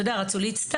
אתה יודע, רצו להצטלם.